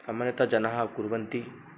सामान्यतः जनाः कुर्वन्ति